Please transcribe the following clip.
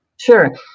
Sure